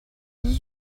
this